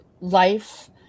life